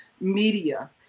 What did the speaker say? media